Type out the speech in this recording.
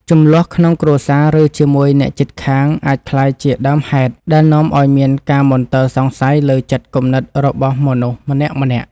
ជម្លោះក្នុងគ្រួសារឬជាមួយអ្នកជិតខាងអាចក្លាយជាដើមហេតុដែលនាំឱ្យមានការមន្ទិលសង្ស័យលើចិត្តគំនិតរបស់មនុស្សម្នាក់ៗ។